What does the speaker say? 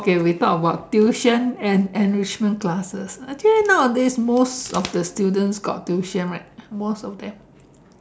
okay we talk about tuition and enrichment classes actually nowadays most of the students got tuition right most of them